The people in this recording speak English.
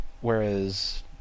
whereas